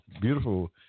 Beautiful